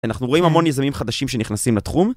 אנחנו רואים המון מיזמים חדשים שנכנסים לתחום